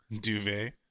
Duvet